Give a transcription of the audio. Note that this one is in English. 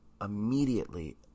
immediately